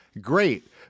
Great